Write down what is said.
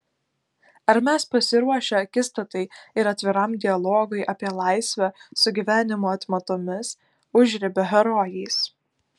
ar mes pasiruošę akistatai ir atviram dialogui apie laisvę su gyvenimo atmatomis užribio herojais